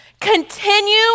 continue